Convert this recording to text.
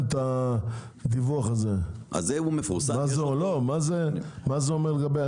את הדיווח הזה --- מה זה אומר לגבי הזה,